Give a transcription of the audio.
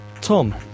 Tom